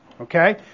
Okay